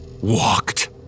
Walked